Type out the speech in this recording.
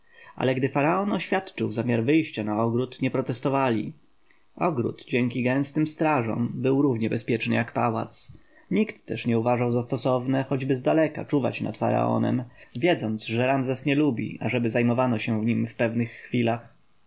ale gdy faraon oświadczył zamiar wyjścia na ogród nie prostestowaliprotestowali ogród dzięki gęstym strażom był równie bezpieczny jak pałac nikt też nie uważał za stosowne choćby zdaleka czuwać nad faraonem wiedząc że ramzes nie lubi ażeby zajmowano się nim w pewnych chwilach